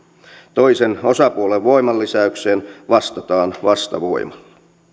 toisen osapuolen voimanlisäykseen vastataan vastavoimalla